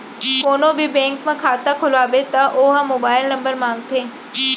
कोनो भी बेंक म खाता खोलवाबे त ओ ह मोबाईल नंबर मांगथे